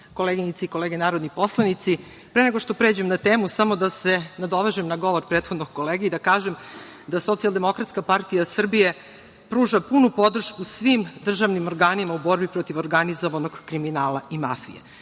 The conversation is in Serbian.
koleginice i kolege narodni poslanici, pre nego što pređem na temu samo da se nadovežem na govor prethodnog kolege i da kažem da SDPS pruža punu podršku svim državnim organima u borbi protiv organizovanog kriminala i mafije.